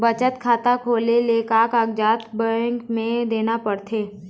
बचत खाता खोले ले का कागजात बैंक म देना पड़थे?